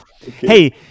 Hey